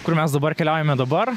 kur mes dabar keliaujame dabar